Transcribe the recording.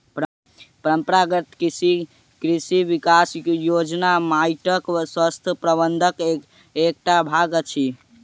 परंपरागत कृषि विकास योजना माइटक स्वास्थ्य प्रबंधनक एकटा भाग अछि